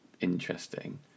interesting